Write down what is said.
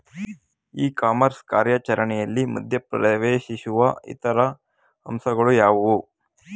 E commerce ಕಾರ್ಯಾಚರಣೆಯಲ್ಲಿ ಮಧ್ಯ ಪ್ರವೇಶಿಸುವ ಇತರ ಅಂಶಗಳು ಯಾವುವು?